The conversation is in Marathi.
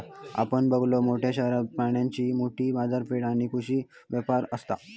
आपण बघलव, मोठ्या शहरात प्राण्यांची मोठी बाजारपेठ आणि कृषी व्यापार असता